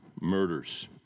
murders